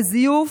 לזיוף,